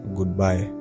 Goodbye